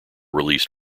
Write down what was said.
released